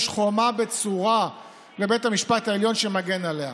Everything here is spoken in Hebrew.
חומה בצורה לבית המשפט העליון שמגן עליה".